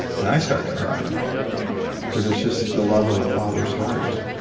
and i started to cry because it's just the love of a father's heart.